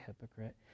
hypocrite